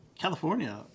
california